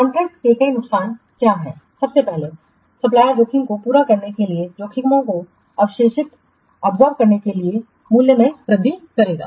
contract के कई नुकसान क्या हैं सबसे पहले सप्लायरजोखिम को पूरा करने के लिए जोखिमों को अवशोषित करने के लिए मूल्य में वृद्धि करेगा